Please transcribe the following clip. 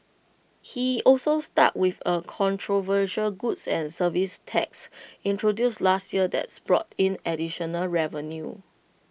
he also stuck with A controversial goods and services tax introduced last year that's brought in additional revenue